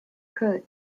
could